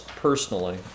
personally